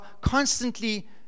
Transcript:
constantly